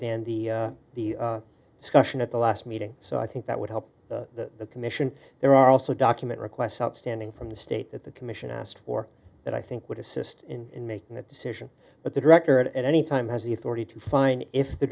than the the session at the last meeting so i think that would help the commission there are also document requests outstanding from the state that the commission asked for that i think would assist in making that decision but the director at any time has the authority to fine if the